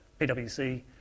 PwC